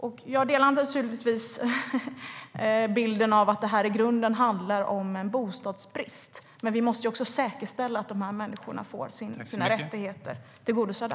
Jag instämmer naturligtvis i bilden av att det i grunden handlar om en bostadsbrist, men vi måste också säkerställa att människorna får sina rättigheter tillgodosedda.